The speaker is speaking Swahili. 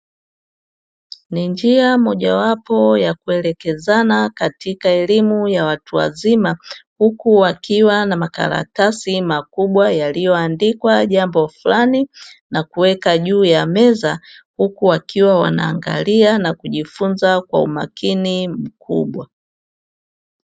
Ni njia mojawapo ya kuelekezana katika elimu ya watu wazima, huku wakiwa na makaratasi makubwa yaliyoandikwa jambo fulani, na kuweka juu ya meza huku wakiwa wanaangalia na kujifunza kwa umakini mkubwa.